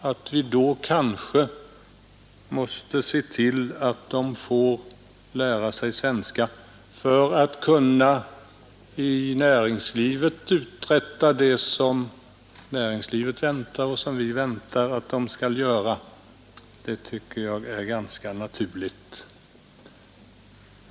Att vi då måste se till att de får lära sig svenska för att de i näringslivet skall kunna uträtta det som näringslivet och vi förväntar att de skall göra tycker jag är ganska naturligt.